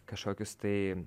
kažkokius tai